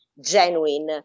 genuine